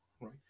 right